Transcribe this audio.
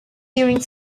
during